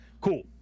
cool